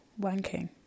wanking